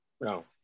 no